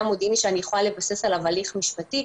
מודיעיני שאני יכולה לבסס עליו הליך משפטי,